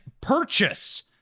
purchase